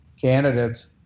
candidates